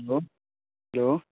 hello hello